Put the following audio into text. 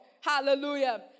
Hallelujah